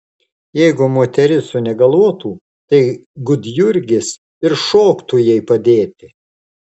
jeigu moteris sunegaluotų tai gudjurgis ir šoktų jai padėti